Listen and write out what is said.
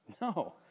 No